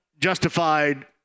justified